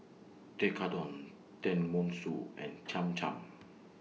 Tekkadon Tenmusu and Cham Cham